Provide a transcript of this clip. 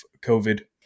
covid